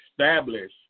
establish